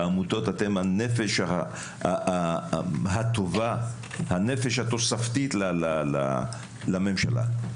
אתן הנפש הטובה והתוספתית לממשלה,